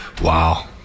Wow